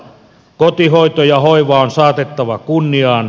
kotihoito ja hoiva on saatettava kunniaan